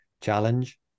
challenge